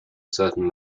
certain